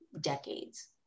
decades